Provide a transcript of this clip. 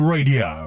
Radio